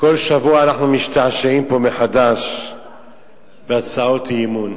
כל שבוע אנחנו משתעשעים פה מחדש בהצעות אי-אמון.